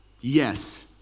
Yes